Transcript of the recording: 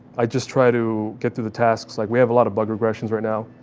i just try to get to the tasks. like we have a lot of bug regressions right now,